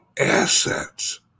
assets